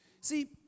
See